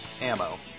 ammo